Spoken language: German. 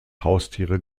haustiere